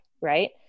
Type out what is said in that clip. right